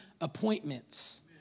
appointments